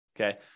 okay